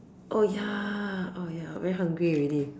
oh ya oh ya very hungry already